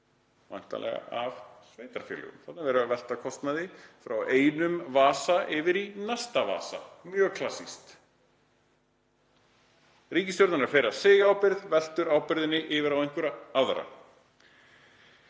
væntanlega af sveitarfélögum. Þarna er verið að velta kostnaði úr einum vasa yfir í næsta vasa. Mjög klassískt. Ríkisstjórnin er að firra sig ábyrgð, veltir ábyrgðinni yfir á einhverja aðra.